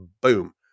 boom